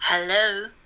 Hello